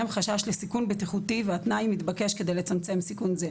חשש לסיכון בטיחותי והתנאי מתבקש כדי לצמצם סיכון זה.